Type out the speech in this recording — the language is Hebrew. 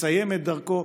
יסיים את דרכו,